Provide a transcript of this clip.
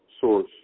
source